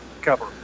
cover